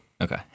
Okay